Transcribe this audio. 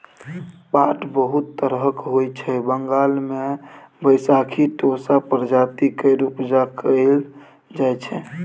पाट बहुत तरहक होइ छै बंगाल मे बैशाखी टोसा प्रजाति केर उपजा कएल जाइ छै